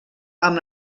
amb